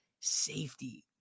safety